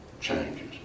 changes